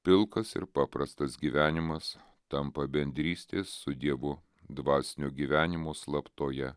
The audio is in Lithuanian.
pilkas ir paprastas gyvenimas tampa bendrystės su dievu dvasinio gyvenimo slaptoje